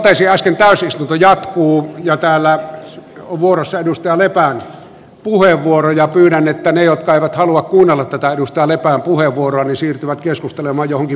arvoisat edustajat täysistunto jatkuu ja täällä on vuorossa edustaja lepän puheenvuoro ja pyydän että ne jotka eivät halua kuunnella tätä edustaja lepän puheenvuoroa siirtyvät keskustelemaan johonkin muuhun tilaan